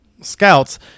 scouts